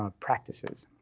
ah practices.